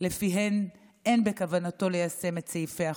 שלפיהן אין בכוונתו ליישם את סעיפי החוק.